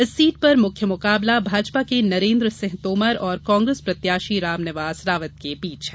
इस सीट पर मुख्य मुकाबला भाजपा के नरेन्द्र सिंह तोमर और कांग्रेस प्रत्याशी रामनिवास रावत के बीच है